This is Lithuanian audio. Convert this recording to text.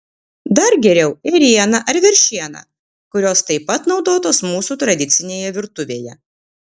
dar geriau ėriena ar veršiena kurios taip pat naudotos mūsų tradicinėje virtuvėje